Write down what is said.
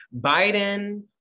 Biden